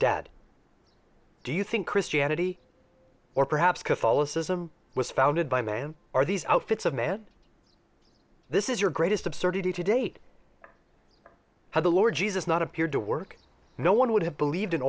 dead do you think christianity or perhaps catholicism was founded by man are these outfits of men this is your greatest absurdity to date how the lord jesus not appeared to work no one would have believed in